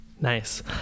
Nice